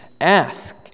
Ask